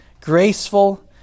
graceful